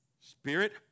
spirit